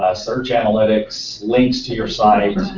ah search analytics, links to your site.